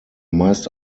meist